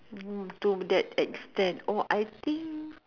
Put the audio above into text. to that extent oh I think